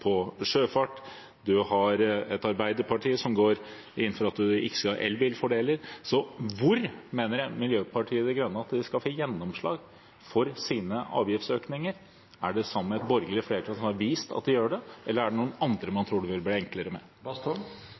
ikke skal elbilfordeler. Hvor mener Miljøpartiet De Grønne at en skal få gjennomslag for sine avgiftsøkninger? Er det sammen med det borgerlige flertallet som har vist at vi gjør det, eller er det noen andre man tror det vil bli enklere